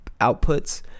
outputs